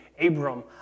Abram